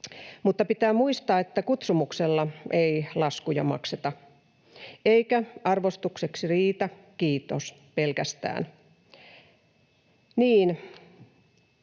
Mutta pitää muistaa, että kutsumuksella ei laskuja makseta eikä arvostukseksi riitä kiitos pelkästään.